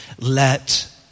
Let